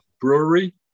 Brewery